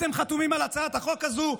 אתם חתומים על הצעת החוק הזאת.